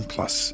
Plus